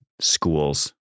schools